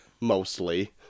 mostly